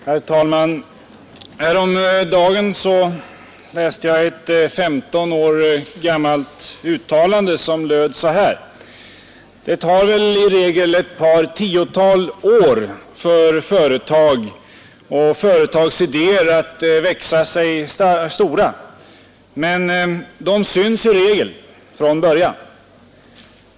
Herr talman! Häromdagen läste jag ett femton år gammalt uttalande som löd: ”Det tar väl i regel ett par tiotal år för företag och företagsidéer att växa sig stora men de syns i regel från början.